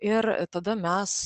ir tada mes